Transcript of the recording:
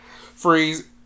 freeze